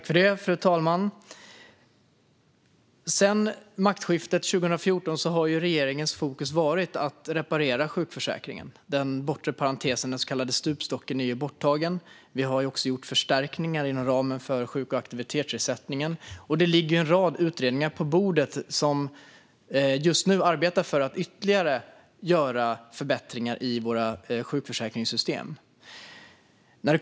Fru talman! Sedan maktskiftet 2014 har regeringens fokus varit att reparera sjukförsäkringen. Den bortre parentesen, den så kallade stupstocken, är borttagen. Vi har gjort förstärkningar inom ramen för sjuk och aktivitetsersättningen. Det ligger En rad utredningar arbetar just nu för att göra ytterligare förbättringar i våra sjukförsäkringssystem.